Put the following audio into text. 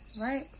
Right